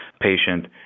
patient